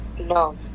No